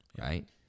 Right